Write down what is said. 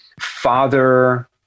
Father